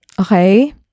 Okay